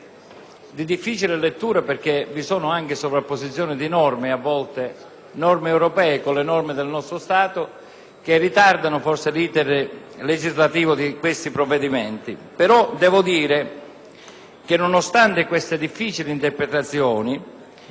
di difficile lettura, perché vi sono anche sovrapposizioni di norme, di norme, europee con norme del nostro Stato che forse ritardano l'*iter* legislativo di questo provvedimento. Devo dire che, nonostante queste difficili interpretazioni,